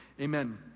amen